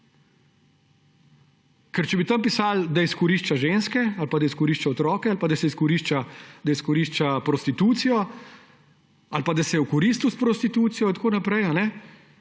Ker če bi tam pisalo, da izkorišča ženske ali da izkorišča otroke ali da izkorišča prostitucijo ali pa da se je okoristil s prostitucijo in tako naprej,